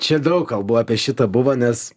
čia daug kalbų apie šitą buvo nes